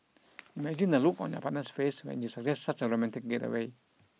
imagine the look on your partner's face when you suggest such a romantic getaway